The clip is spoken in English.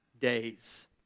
days